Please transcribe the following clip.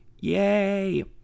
Yay